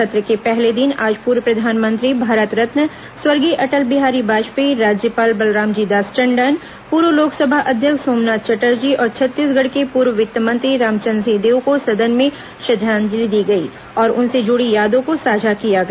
सत्र के पहले दिन आज पूर्व प्रधानमंत्री भारत रत्न स्वर्गीय अटल बिहारी वाजपेयी राज्यपाल बलरामजी दास टंडन पूर्व लोकसभा अध्यक्ष सोमनाथ चटर्जी और छत्तीसगढ़ के पूर्व वित्त मंत्री रामचंद्र सिंहदेव को सदन में श्रद्वांजलिंदी गई और उनसे जुड़ी यादों को साझा किया गया